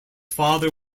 father